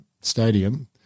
Stadium